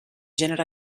gènere